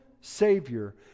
Savior